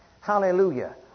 Hallelujah